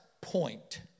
point